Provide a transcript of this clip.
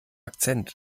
akzent